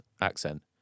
accent